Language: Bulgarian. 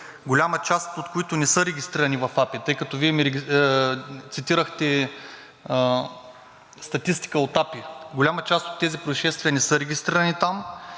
голяма част от които не са регистрирани в АПИ, тъй като Вие цитирахте статистика от АПИ. Голяма част от тези произшествия не са регистрирани там.